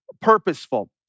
purposeful